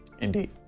Indeed